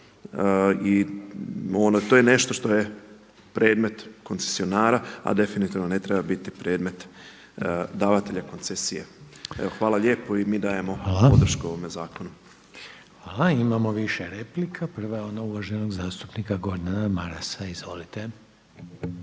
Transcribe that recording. i to je nešto što je predmet koncesionara, a definitivno ne treba biti predmet davatelja koncesije. Evo hvala lijepo i mi dajemo podršku ovome zakonu. **Reiner, Željko (HDZ)** Hvala. Imamo više replika. Prva je ona uvaženog zastupnika Gordana Marasa. Izvolite.